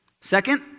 Second